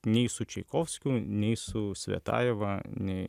nei su čaikovskiu nei su svetajeva nei